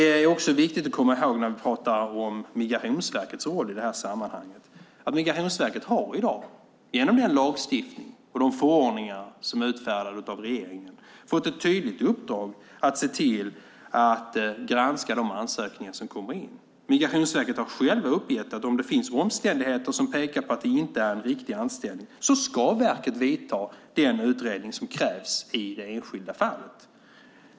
När vi pratar om Migrationsverkets roll i det här sammanhanget är det viktigt att komma ihåg att Migrationsverket genom den lagstiftning och de förordningar som är utfärdade av regeringen har fått ett tydligt uppdrag att se till att granska de ansökningar som kommer in. Migrationsverket har uppgett att om det finns omständigheter som pekar på att det inte är en riktig anställning ska verket vidta den utredning som krävs i det enskilda fallet.